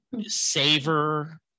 savor